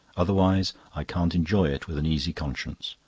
otherwise i can't enjoy it with an easy conscience.